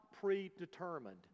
predetermined